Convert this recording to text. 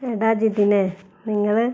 എടാ ജിതിനെ നിങ്ങള്